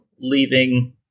leaving